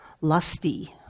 lusty